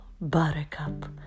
Buttercup